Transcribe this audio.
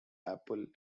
apple